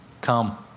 come